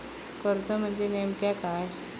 कर्ज म्हणजे नेमक्या काय?